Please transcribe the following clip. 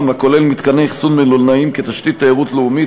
הכולל מתקני אכסון מלונאיים כתשתית תיירות לאומית,